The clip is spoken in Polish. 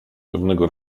pewnego